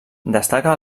destaca